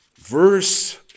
verse